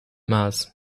mars